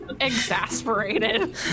Exasperated